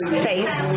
space